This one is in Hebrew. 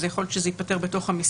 ויכול להיות שזה ייפתר במשרד.